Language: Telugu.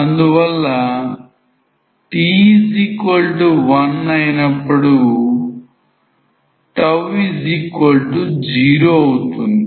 అందువల్ల t1 అయినప్పుడల్లా 0 అవుతుంది